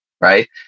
right